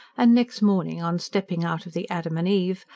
and next morning, on stepping out of the adam and eve,